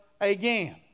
again